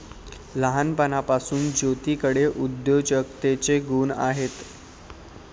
लहानपणापासून ज्योतीकडे उद्योजकतेचे गुण आहेत